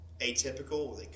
atypical